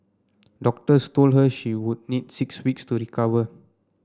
doctors told her she would need six weeks to recover